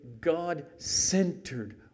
God-centered